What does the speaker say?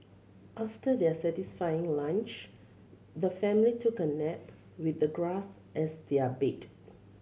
after their satisfying lunch the family took a nap with the grass as their bed